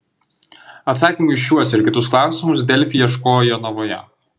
atsakymų į šiuos ir kitus klausimus delfi ieškojo jonavoje